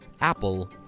Apple